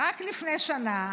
רק לפני שנה?